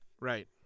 Right